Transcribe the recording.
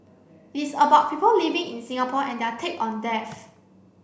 it is about people living in Singapore and their take on death